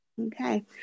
okay